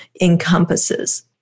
encompasses